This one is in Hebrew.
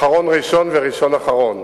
אחרון ראשון וראשון אחרון.